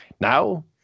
now